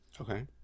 Okay